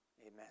Amen